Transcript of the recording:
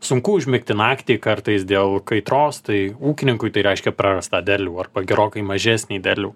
sunku užmigti naktį kartais dėl kaitros tai ūkininkui tai reiškia prarastą derlių arba gerokai mažesnį derlių